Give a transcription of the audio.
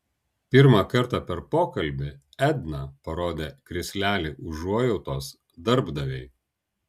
pirmą kartą per pokalbį edna parodė krislelį užuojautos darbdavei